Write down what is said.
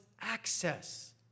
access